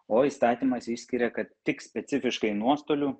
o įstatymas išskiria kad tik specifiškai nuostolių